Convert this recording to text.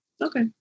Okay